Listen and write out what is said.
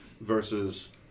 versus